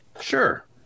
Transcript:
Sure